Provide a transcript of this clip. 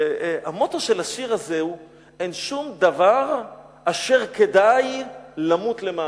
והמוטו של השיר הזה: אין שום דבר אשר כדאי למות למענו.